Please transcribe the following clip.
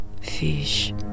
fish